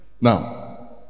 Now